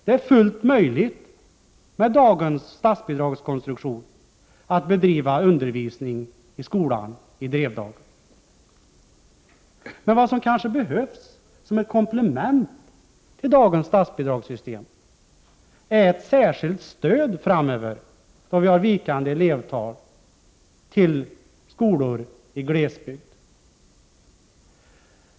Det är fullt möjligt att med dagens statsbidragskonstruktion bedriva undervisning i skolan i Drevdagen. Men vad som kanske kan behövas såsom ett komplement till dagens statsbidragssystem är ett särskilt stöd framöver till skolor i glesbygd med minskande elevantal.